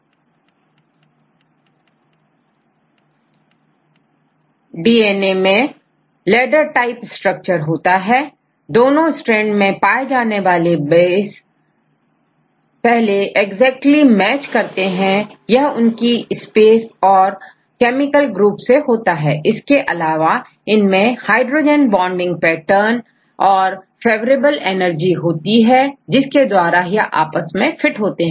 इनमें hydrogen DNA में ladder type structure होता है दोनों स्ट्रैंड में पाए जाने वाले बेस पहले एक्जेक्टली मैच करते हैं यह उनकी स्पेस और केमिकल ग्रुप से होता है इसके अलावाबॉन्डिंग पैटर्न और फेवरेबल एनर्जी होती है जिसके द्वारा यह आपस में फिट होते हैं